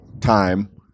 time